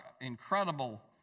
incredible